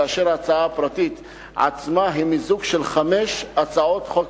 כאשר ההצעה הפרטית עצמה היא מיזוג של חמש הצעות חוק